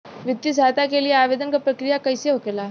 वित्तीय सहायता के लिए आवेदन क प्रक्रिया कैसे होखेला?